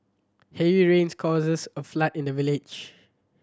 heavy rains causes a flood in the village